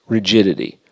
Rigidity